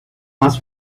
más